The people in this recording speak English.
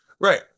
Right